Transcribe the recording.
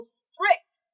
strict